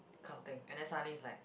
counting and then suddenly is like